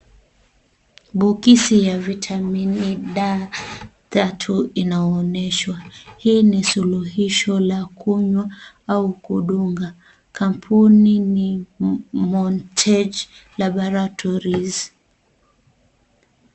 Bokisi ya Vitamini D3 inaonyeshwa. Hii ni suluhisho la kunywa au kudungwa. Kampuni ni Montage Laboratories .